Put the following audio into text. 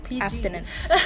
abstinence